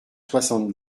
soixante